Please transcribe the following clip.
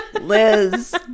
Liz